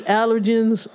allergens